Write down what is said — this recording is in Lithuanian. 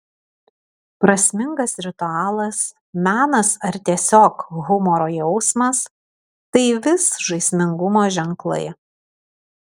prasmingas ritualas menas ar tiesiog humoro jausmas tai vis žaismingumo ženklai